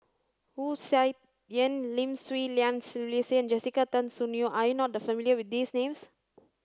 Wu Tsai Yen Lim Swee Lian Sylvia and Jessica Tan Soon Neo are you not familiar with these names